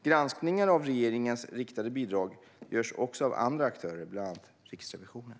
Granskningar av regeringens riktade bidrag görs också av andra aktörer, bland annat Riksrevisionen.